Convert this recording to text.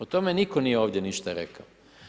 O tome nitko nije ovdje ništa rekao.